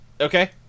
okay